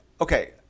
okay